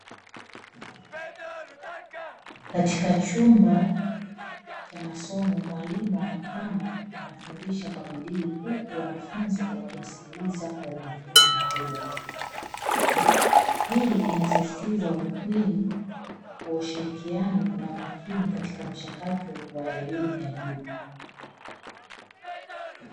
Katika chumba cha masomo mwalimu wa makamo anafundisha kwa bidii huku wanafunzi wanamsikiliza kwa umakini mkubwa, hii inasisitiza umuhimu wa ushirikiano na umakini katika mchakato wa elimu ya juu.